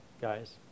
guys